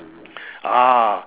ah